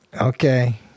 Okay